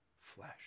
flesh